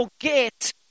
forget